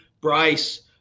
Bryce